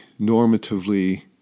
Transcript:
normatively